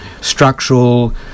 structural